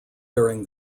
during